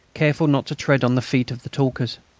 careful not to tread on the feet of the talkers.